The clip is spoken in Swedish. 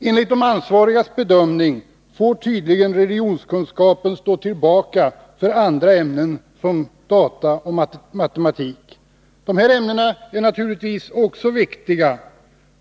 Enligt de ansvarigas bedömning får tydligen religionskunskapen stå tillbaka för andra ämnen som data och matematik. Dessa ämnen är naturligtvis också viktiga.